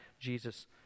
jesus